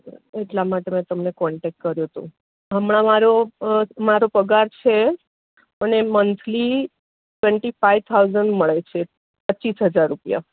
એટલા માટે મેં તમને કોન્ટેક કર્યો હતો હમણાં મારો મારો પગાર છે મને મન્થલી ટ્વેન્ટી ફાઈવ થાઉઝન્ડ મળે છે પચીસ હજાર રૂપિયા